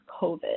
COVID